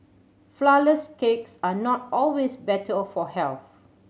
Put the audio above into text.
flourless cakes are not always better of for health